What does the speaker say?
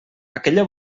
aquella